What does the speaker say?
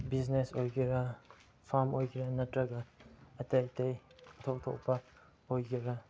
business ꯑꯣꯏꯒꯦꯔꯥ farm ꯑꯣꯏꯒꯦꯔꯥ ꯅꯠꯇ꯭ꯔꯒ ꯑꯇꯩ ꯑꯇꯩ ꯑꯣꯟꯊꯣꯛ ꯊꯣꯛꯄ ꯑꯣꯏꯒꯦꯔꯥ